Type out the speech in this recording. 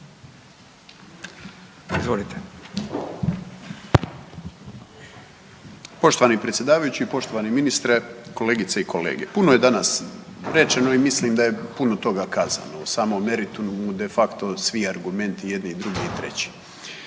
(Nezavisni)** Poštovani predsjedavajući, poštovani ministre. Kolegice i kolege. Puno je danas rečeno i mislim da je puno toga kazano u samom meritumu de facto svi argumenti jedni, drugi i treći,